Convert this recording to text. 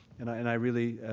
and i and i really,